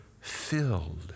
filled